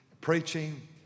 preaching